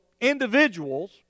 individuals